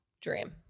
Dream